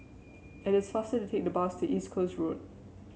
it is faster to take the bus to East Coast Road